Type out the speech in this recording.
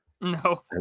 No